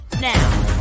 now